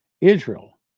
Israel